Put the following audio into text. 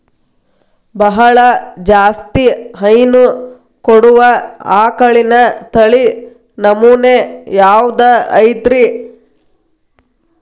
ಬಹಳ ಜಾಸ್ತಿ ಹೈನು ಕೊಡುವ ಆಕಳಿನ ತಳಿ ನಮೂನೆ ಯಾವ್ದ ಐತ್ರಿ?